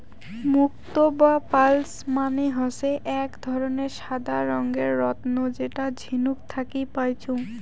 মুক্তো বা পার্লস মানে হসে আক ধরণের সাদা রঙের রত্ন যেটা ঝিনুক থাকি পাইচুঙ